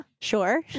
Sure